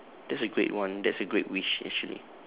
that's a great one that's a great wish actually